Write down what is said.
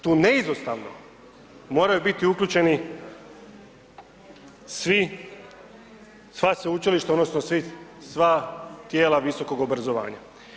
Tu neizostavno moraju biti uključeni sva sveučilišta odnosno sva tijela visokog obrazovanja.